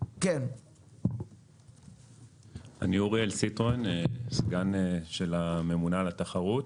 אני סגן ממונה על התחרות.